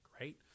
right